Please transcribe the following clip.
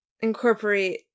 incorporate